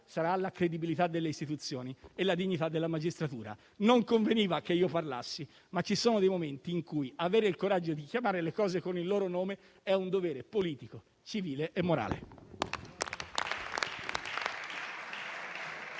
saranno la credibilità delle istituzioni e la dignità della magistratura. Non conveniva che parlassi, ma ci sono dei momenti in cui avere il coraggio di chiamare le cose con il loro nome è un dovere politico, civile e morale.